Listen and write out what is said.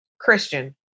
Christian